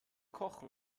kochen